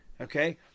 Okay